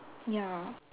ya